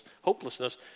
hopelessness